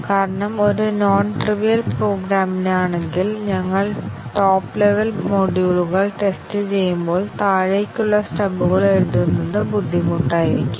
കാരണം ഒരു non trivial പ്രോഗ്രാമിനാണെങ്കിൽ ഞങ്ങൾ ടോപ്പ് ലെവൽ മൊഡ്യൂളുകൾ ടെസ്റ്റ് ചെയ്യുമ്പോൾ താഴേക്കുള്ള സ്റ്റബുകൾ എഴുതുന്നത് ബുദ്ധിമുട്ടായിരിക്കും